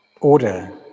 order